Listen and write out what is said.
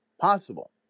Possible